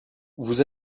vous